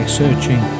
searching